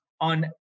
on